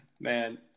man